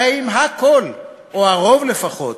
הרי אם הכול, או הרוב, לפחות,